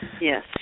Yes